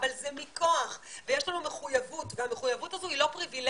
אבל זה מכוח זה שיש לנו מחויבות והמחויבות הזו היא לא פריבילגיה,